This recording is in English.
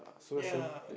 ya